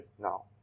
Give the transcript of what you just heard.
Now